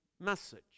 message